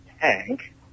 tank